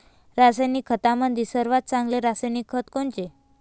रासायनिक खतामंदी सर्वात चांगले रासायनिक खत कोनचे?